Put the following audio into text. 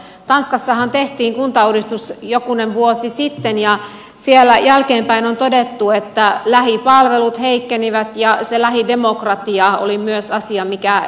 tanskassahan tehtiin kuntauudistus jokunen vuosi sitten ja siellä jälkeenpäin on todettu että lähipalvelut heikkenivät ja lähidemokratia oli myös asia mikä heikkeni